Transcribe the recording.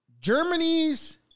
Germany's